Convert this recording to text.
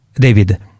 David